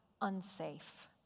unsafe